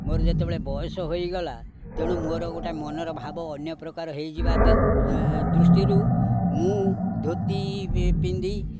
ମୋର ଯେତେବେଳେ ବୟସ ହୋଇଗଲା ତେଣୁ ମୋର ଗୋଟେ ମନର ଭାବ ଅନ୍ୟ ପ୍ରକାର ହେଇଯିବା ଦୃଷ୍ଟିରୁ ମୁଁ ଧୋତି ପିନ୍ଧି